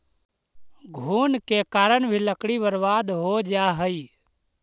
घुन के कारण भी लकड़ी बर्बाद हो जा हइ